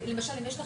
למשל, אם יש לך